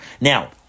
Now